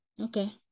Okay